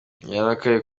yarakaye